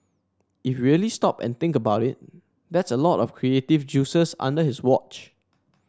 if really stop and think about it that's a lot of creative juices under his watch